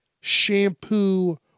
shampoo